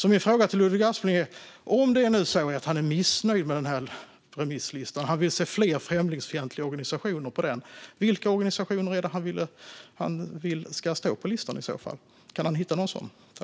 Min fråga till Ludvig Aspling, om han nu är missnöjd med remisslistan och vill se fler främlingsfientliga organisationer på den, är: Vilka organisationer är det som han i så fall vill ska stå med på listan? Kan han hitta några sådana?